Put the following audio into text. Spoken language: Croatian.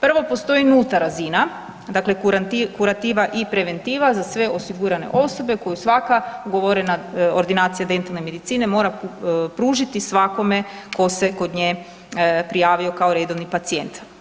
Prvo, postoji nulta razina dakle kurativa i preventiva za sve osigurane osobe koju svaka ugovorena ordinacija dentalne medicine mora pružiti svakome ko se kod nje prijavio kao redovni pacijent.